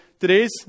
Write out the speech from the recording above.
today's